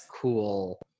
cool